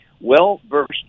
well-versed